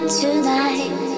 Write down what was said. Tonight